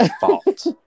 fault